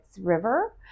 River